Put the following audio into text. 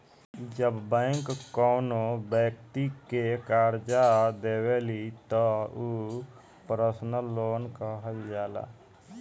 जब बैंक कौनो बैक्ति के करजा देवेली त उ पर्सनल लोन कहल जाला